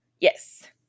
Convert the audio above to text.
Yes